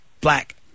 Black